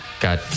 Got